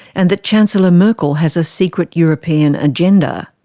and that chancellor merkel has a secret european agenda.